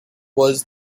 was